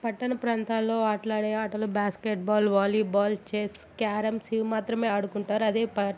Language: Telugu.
పట్టణ ప్రాంతాల్లో ఆడే ఆటలు basketball volleyball chess carroms ఇవి మాత్రమే ఆడుకుంటారు అదే